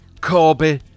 Corby